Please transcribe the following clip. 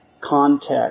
context